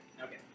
Okay